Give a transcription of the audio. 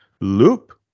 Loop